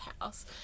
house